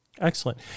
Excellent